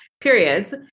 periods